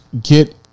get